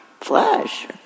Flash